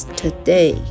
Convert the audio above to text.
today